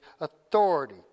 authority